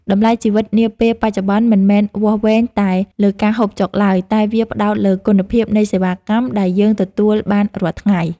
តម្លៃជីវិតនាពេលបច្ចុប្បន្នមិនមែនវាស់វែងតែលើការហូបចុកឡើយ តែវាផ្ដោតលើគុណភាពនៃសេវាកម្មដែលយើងទទួលបានរាល់ថ្ងៃ។